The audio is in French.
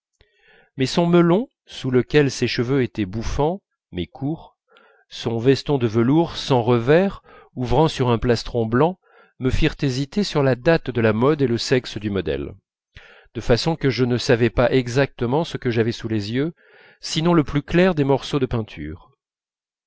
mais son melon sous lequel ses cheveux étaient bouffants mais courts son veston de velours sans revers ouvrant sur un plastron blanc me firent hésiter sur la date de la mode et le sexe du modèle de façon que je ne savais pas exactement ce que j'avais sous les yeux sinon le plus clair des morceaux de peinture